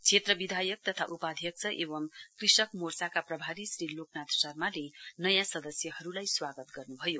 क्षेत्र विधायक तथा उपाध्यक्ष एवं कृषक मोर्चाका प्रभारी श्री लोकनाथ शर्माले नयाँ सदस्यहरूलाई स्वागत गर्नुभयो